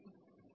ds0 12E